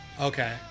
okay